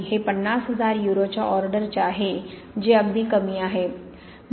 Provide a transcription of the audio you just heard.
हे 50 हजार युरोच्या ऑर्डरचे आहे जे अगदी कमी आहे